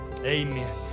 amen